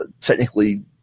technically